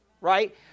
right